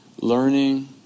Learning